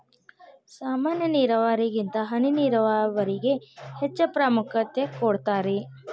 ಸಾಮಾನ್ಯ ನೇರಾವರಿಗಿಂತ ಹನಿ ನೇರಾವರಿಗೆ ಹೆಚ್ಚ ಪ್ರಾಮುಖ್ಯತೆ ಕೊಡ್ತಾರಿ